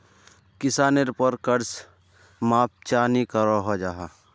किसानेर पोर कर्ज माप चाँ नी करो जाहा?